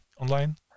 online